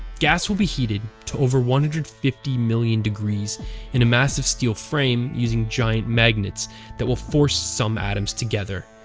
gas will be heated to over one hundred and fifty million degrees in a massive steel frame using giant magnets that will force some atoms together.